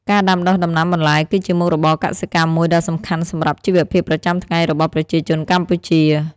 ការដាំដុះដំណាំបន្លែ គឺជាមុខរបរកសិកម្មមួយដ៏សំខាន់សម្រាប់ជីវភាពប្រចាំថ្ងៃរបស់ប្រជាជនកម្ពុជា។